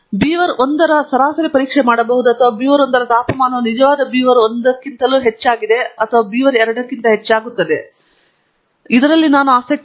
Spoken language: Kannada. ಇತರ ಸಂದರ್ಭಗಳಲ್ಲಿ ನಾನು ಬೀವರ್ 1 ನ ಸರಾಸರಿ ಪರೀಕ್ಷೆ ಮಾಡಬಹುದು ಅಥವಾ ಬೀವರ್ 1 ರ ತಾಪಮಾನವು ನಿಜವಾದ ಬೀವರ್ 1 ಗಿಂತಲೂ ಹೆಚ್ಚಾಗಿದೆ ಮತ್ತು ಬೀವರ್ 2 ಗಿಂತ ಹೆಚ್ಚಾಗುತ್ತದೆ ಆದರೆ ನಾವು ಇಲ್ಲಿ ಆಸಕ್ತಿ ಹೊಂದಿಲ್ಲ